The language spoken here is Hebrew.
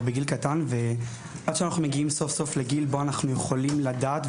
בגיל צעיר ועד שאנחנו מגיעים סוף סוף לגיל בו אנחנו יכולים לדעת,